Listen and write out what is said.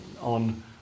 on